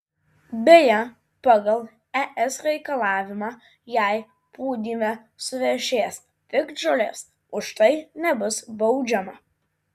beje pagal es reikalavimą jei pūdyme suvešės piktžolės už tai nebus baudžiama